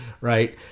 right